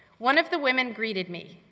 one of the women greeted me.